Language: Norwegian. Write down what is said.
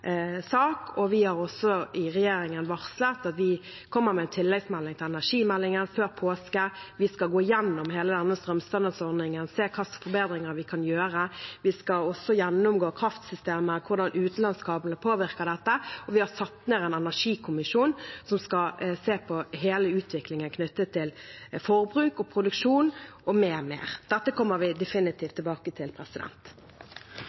sak, og vi har også i regjeringen varslet at vi kommer med en tilleggsmelding til energimeldingen før påske. Vi skal gå gjennom hele denne strømstønadsordningen og se hvilke forbedringer vi kan gjøre. Vi skal også gå gjennom kraftsystemet og hvordan utenlandskablene påvirker dette. Vi har satt ned en energikommisjon som skal se på hele utviklingen knyttet til forbruk og produksjon m.m. Dette kommer vi